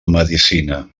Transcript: medecina